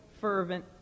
fervent